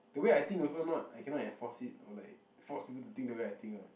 the way I think also not I cannot enforce it or like force people to think the way I think what